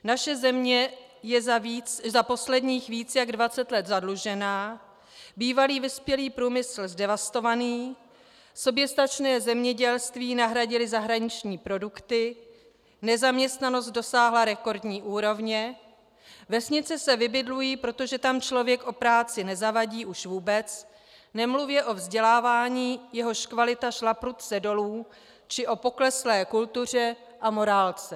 Naše země je za posledních více jak 20 let zadlužena, bývalý vyspělý průmysl zdevastovaný, soběstačné zemědělství nahradily zahraniční produkty, nezaměstnanost dosáhla rekordní úrovně, vesnice se vybydlují, protože tam člověk o práci nezavadí už vůbec, nemluvě o vzdělávání, jehož kvalita šla prudce dolů, či o pokleslé kultuře a morálce.